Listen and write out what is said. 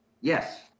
Yes